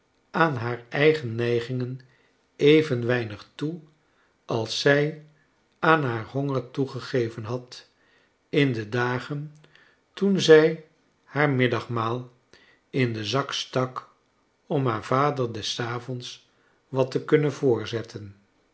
aan haar eigen neigingen even weinig toe als zij aan haar honger toegegeven had in de dagen toen zij haar middagmaal in den zak stak om haar vader des avonds wat te kunnen voorzetfren